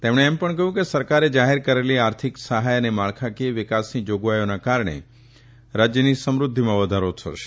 તેમણે એમ પણ કહયું હતું કે સરકારે જાહેર કરેલી આર્થિક સહાય અને માળખાકીય વિકાસની જોગવાઇઓને કારણે રાજયની સમૃધ્ધિમાં વધારો થશે